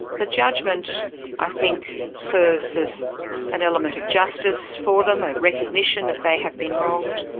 the judgement i think serves as an element of justice for them, a recognition that they have been wronged.